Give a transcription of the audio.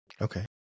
okay